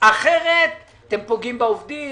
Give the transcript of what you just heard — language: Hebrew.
אחרת אתם פוגעים בעובדים.